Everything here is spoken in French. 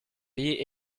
pays